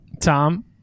Tom